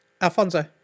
Alfonso